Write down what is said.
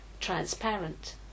transparent